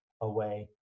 away